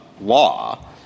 law